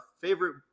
favorite